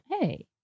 Hey